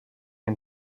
and